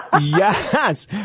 yes